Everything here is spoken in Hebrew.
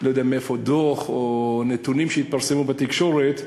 או נתונים שהתפרסמו בתקשורת,